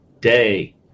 day